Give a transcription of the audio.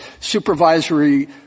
supervisory